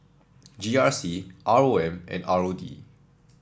G R C R O M and R O D